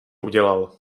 udělal